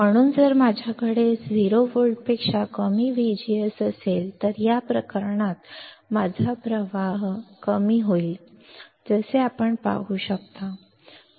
म्हणून जर माझ्याकडे 0 व्होल्टपेक्षा कमी VGS असेल तर या प्रकरणात माझा प्रवाह कमी होईल जसे आपण पाहू शकता